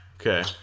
Okay